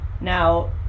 Now